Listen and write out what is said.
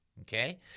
Okay